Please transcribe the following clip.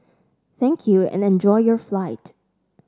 thank you and enjoy your flight